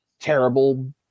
terrible